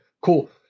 cool